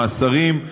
מאסרים,